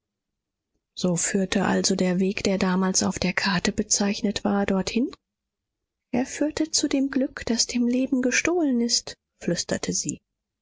so führte also der weg der damals auf der karte bezeichnet war dorthin er führte zu dem glück das dem leben gestohlen ist flüsterte sie